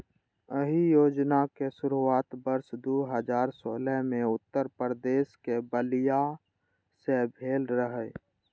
एहि योजनाक शुरुआत वर्ष दू हजार सोलह मे उत्तर प्रदेशक बलिया सं भेल रहै